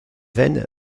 vaine